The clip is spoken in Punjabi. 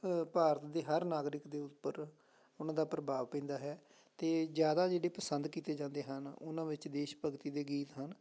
ਭ ਭਾਰਤ ਦੇ ਹਰ ਨਾਗਰਿਕ ਦੇ ਉੱਪਰ ਉਹਨਾਂ ਦਾ ਪ੍ਰਭਾਵ ਪੈਂਦਾ ਹੈ ਅਤੇ ਜ਼ਿਆਦਾ ਜਿਹੜੇ ਪਸੰਦ ਕੀਤੀ ਜਾਂਦੇ ਹਨ ਉਹਨਾਂ ਵਿੱਚ ਦੇਸ਼ ਭਗਤੀ ਦੇ ਗੀਤ ਹਨ